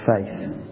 faith